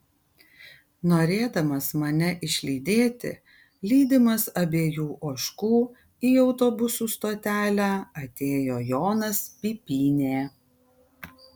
norėdamas mane išlydėti lydimas abiejų ožkų į autobusų stotelę atėjo jonas pipynė